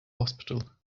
hospital